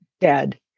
dead